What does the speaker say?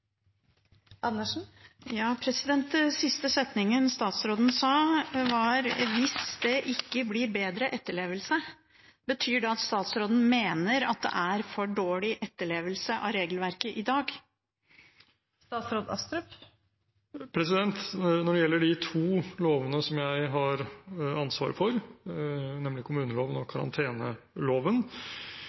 siste statsråden sa, var «for å sikre bedre etterlevelse». Betyr det at statsråden mener at det er for dårlig etterlevelse av regelverket i dag? Når det gjelder de to lovene som jeg har ansvaret for, nemlig kommuneloven og karanteneloven,